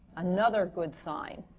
another good sign